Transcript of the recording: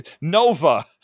Nova